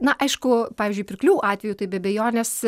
na aišku pavyzdžiui pirklių atveju tai be abejonės